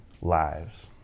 lives